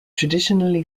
traditionally